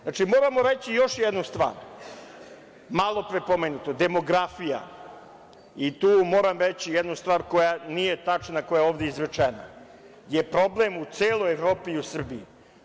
Znači, moramo reći još jednu stvar malopre pomenutu - demografija, i tu moram reći jednu stvar koja nije tačna koja je ovde izrečena, je problem u celoj Evropi i u Srbiji.